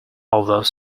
although